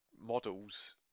models